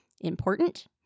important